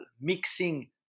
mixing